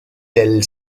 del